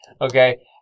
Okay